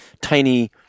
tiny